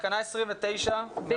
זה ערבוב של סעיפים.